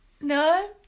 No